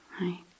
right